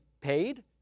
paid